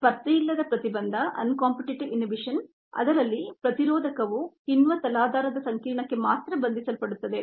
ಸ್ಪರ್ಧೆಯಿಲ್ಲದ ಪ್ರತಿಬಂಧ ಅದರಲ್ಲಿ ಪ್ರತಿರೋಧಕವು ಕಿಣ್ವ ತಲಾಧಾರದ ಸಂಕೀರ್ಣಕ್ಕೆ ಮಾತ್ರ ಬಂಧಿಸಲ್ಪಡುತ್ತದೆ